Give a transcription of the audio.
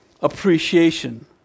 appreciation